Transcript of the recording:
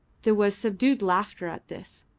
there was subdued laughter at this,